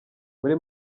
muri